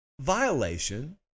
Violation